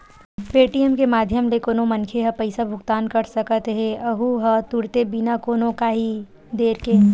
Paytm के माधियम ले कोनो मनखे ह पइसा भुगतान कर सकत हेए अहूँ ह तुरते बिना कोनो काइही देर के